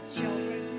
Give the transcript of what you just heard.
children